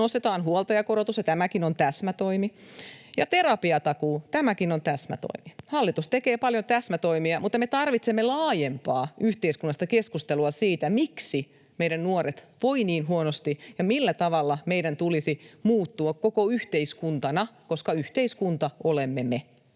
nostetaan huoltajakorotus, ja tämäkin on täsmätoimi. Ja terapiatakuu, tämäkin on täsmätoimi. Hallitus tekee paljon täsmätoimia, mutta me tarvitsemme laajempaa yhteiskunnallista keskustelua siitä, miksi meidän nuoret voivat niin huonosti ja millä tavalla meidän tulisi muuttua koko yhteiskuntana, koska yhteiskunta olemme me.